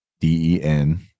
DEN